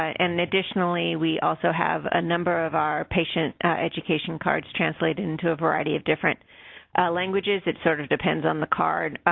and and additionally, we also have a number of our patient education cards translated into a variety of different languages. it sort of depends on the card,